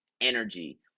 energy